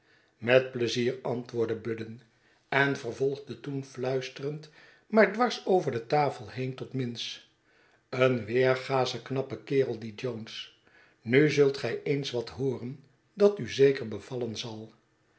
met pleizier antwoordde budden en vervolgde toen fluisterend maar dwars over de tafel heen tot minns een weergasche knappe kerel die jones nu zult gij eens wat hooren dat u zeker bevallen zal